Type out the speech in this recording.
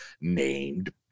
named